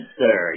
sir